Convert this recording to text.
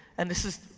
and this is,